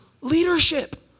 leadership